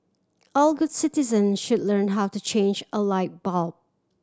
all good citizen should learn how to change a light bulb